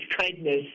kindness